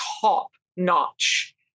top-notch